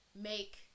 make